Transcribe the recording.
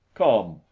come!